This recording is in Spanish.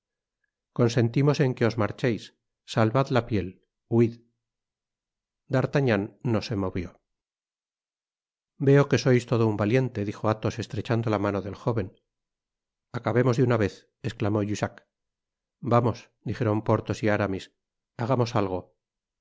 consentimos en que os marcheis salvad la piel huid d'artagnan no se movió veo que sois todo un valiente dijo athos estrechando la mano del jóven acabemos de una véz esclamó jussac vamos dijeron porthos y aramis hagamos algo